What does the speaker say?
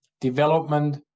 development